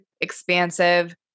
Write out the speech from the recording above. expansive